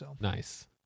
Nice